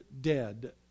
dead